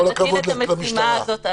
כל הכבוד למשטרה.